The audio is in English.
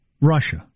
Russia